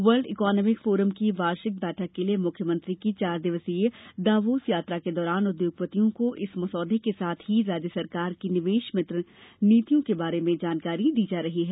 world Economic Forum की वार्षिक बैठक के लिये मुख्यमंत्री की चार दिवसीय दावोस यात्रा के दौरान उद्योगपतियों को इस मसौदे के साथ ही राज्य सरकार की निवेश मित्र नीतियों के बारे में जानकारी दी जा रही है